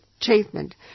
achievement